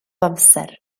amser